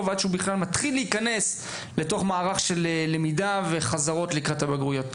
עד שהוא בכלל מתחיל להיכנס לתוך מערך של למידה וחזרות לקראת הבגרויות.